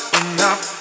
enough